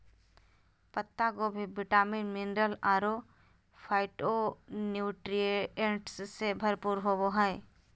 पत्ता गोभी vitamin, mineral अरो फाइटोन्यूट्रिएंट्स से भरपूर होबा हइ